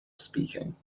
speaking